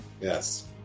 Yes